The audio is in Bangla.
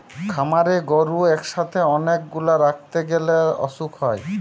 খামারে গরু একসাথে অনেক গুলা রাখতে গ্যালে অসুখ হয়